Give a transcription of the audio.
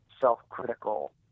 Self-critical